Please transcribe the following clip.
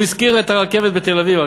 הוא הזכיר את הרכבת הקלה בתל-אביב.